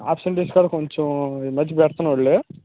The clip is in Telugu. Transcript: అబ్సెంటీస్ కూడా కొంచం ఈ మధ్య పెడ్తున్నాడులే